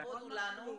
כבוד הוא לנו,